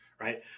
right